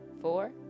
four